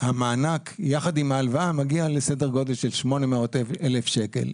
המענק יחד עם ההלוואה מגיע לכ-800,000 שקל.